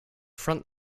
front